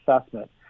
assessment